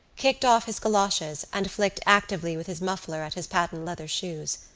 kicked off his goloshes and flicked actively with his muffler at his patent-leather shoes.